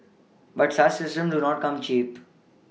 but such systems do not come cheap